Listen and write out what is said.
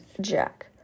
Jack